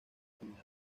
comida